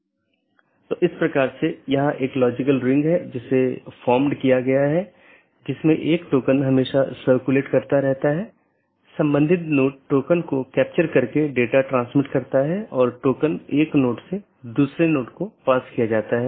त्रुटि स्थितियों की सूचना एक BGP डिवाइस त्रुटि का निरीक्षण कर सकती है जो एक सहकर्मी से कनेक्शन को प्रभावित करने वाली त्रुटि स्थिति का निरीक्षण करती है